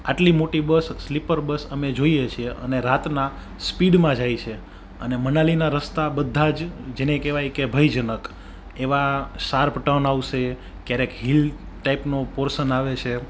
આટલી મોટી bus sleeper bus અમે જોઈએ છીએ અને રાતના સ્પીડમાં જાય છે અને મનાલીના રસ્તા બધા જ જેને કહેવાય કે ભયજનક એવા શાર્પ ટર્ન આવશે ક્યારેક હિલ ટાઈપનો પોર્સન આવે છે